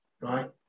right